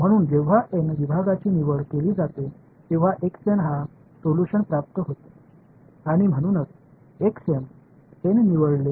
இப்போது நான் இங்கு சொல்லக்கூடிய இந்த மாற்றமானது சில எப்சிலன் என்று சொல்வதை விட குறைவாக இருக்க வேண்டும் இந்த எப்சிலன் உங்களுக்கு 0